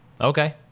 okay